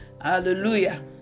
Hallelujah